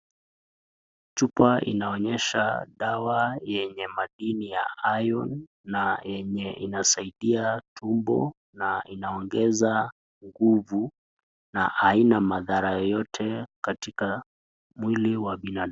Chupa inaonyesha dawa yenye madini ya iron .na yenye inasaidia tumbo na inaongeza nguvu, na haina madhara yeyote katika mwili wa binadamu.